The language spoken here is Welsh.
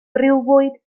briwfwyd